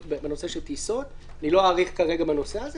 בנושא של טיסות אני לא אאריך כרגע בנושא הזה,